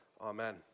Amen